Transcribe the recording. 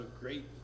great